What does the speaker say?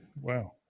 Wow